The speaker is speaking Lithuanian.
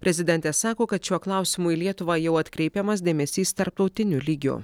prezidentė sako kad šiuo klausimu į lietuvą jau atkreipiamas dėmesys tarptautiniu lygiu